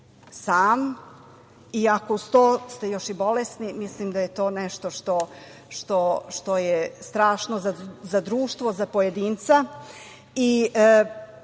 ako uz to ste još i bolesni, mislim da je to nešto što je strašno za društvo, za pojedinca.